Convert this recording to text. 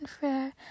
fair